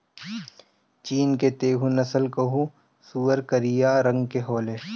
चीन के तैहु नस्ल कअ सूअर करिया रंग के होले